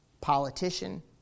politician